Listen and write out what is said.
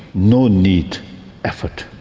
no need effort.